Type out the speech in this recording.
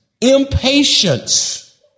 impatience